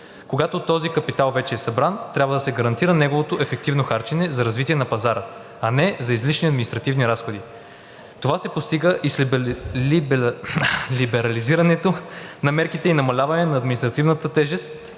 Когато този капитал вече е събран, трябва да се гарантира неговото ефективно харчене за развитие на пазара, а не за излишни административни разходи. Това се постига и с либерализирането на мерките и намаляване на административната тежест,